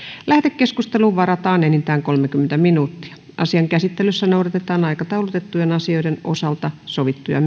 lähetekeskusteluun varataan enintään kolmekymmentä minuuttia asian käsittelyssä noudatetaan aikataulutettujen asioiden osalta sovittuja